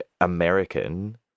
American